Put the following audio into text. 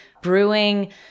brewing